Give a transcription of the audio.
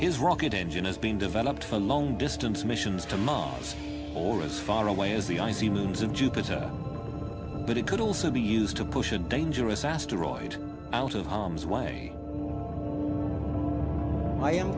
his rocket engine has been developed for long distance missions to mars or as far away as the icy moons of jupiter but it could also be used to push a dangerous asteroid out of harm's way i am